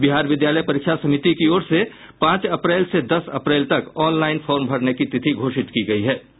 बिहार विद्यालय परीक्षा समिति की ओर से पांच अप्रैल से दस अप्रैल तक ऑनलाइन फॉर्म भरने की तिथि घोषित की गयी थी